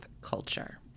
culture